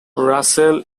russell